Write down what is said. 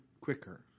quicker